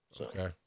okay